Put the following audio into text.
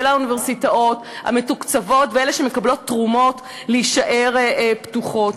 האוניברסיטאות המתוקצבות ואלה שמקבלות תרומות להישאר פתוחות.